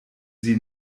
sie